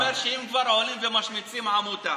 אני אומר שאם כבר עולים ומשמיצים עמותה,